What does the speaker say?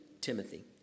Timothy